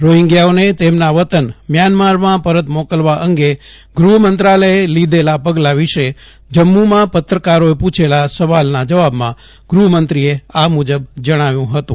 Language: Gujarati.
રોહિંગ્યાઓને તેમના વતન મ્યાન્મારમાં પરત મોકલવા ગુહમંત્રાલયે લીધેલા પગલા વિશે જમ્મુમાં પત્રકારોએ પુછેલા સવાલના જવાબમાં ગુહમંત્રીએ આ મુજબ જજ્ઞાવ્યું હતું